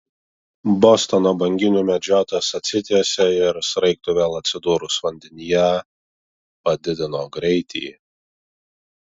bostono banginių medžiotojas atsitiesė ir sraigtui vėl atsidūrus vandenyje padidino greitį